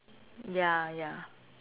ya ya